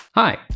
Hi